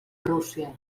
rússia